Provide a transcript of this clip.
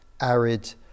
arid